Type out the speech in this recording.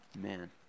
Man